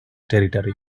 territory